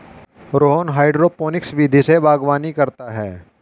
Rohan hydroponics विधि से बागवानी करता है